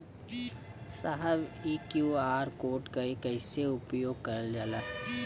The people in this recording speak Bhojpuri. साहब इ क्यू.आर कोड के कइसे उपयोग करल जाला?